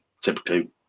typically